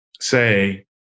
say